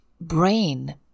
brain